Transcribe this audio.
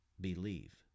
believe